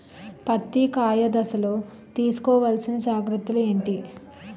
పత్తి కాయ దశ లొ తీసుకోవల్సిన జాగ్రత్తలు ఏంటి?